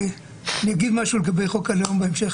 אני אגיד משהו לגבי חוק הלאום בהמשך,